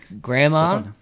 Grandma